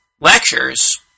lectures